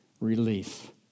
Relief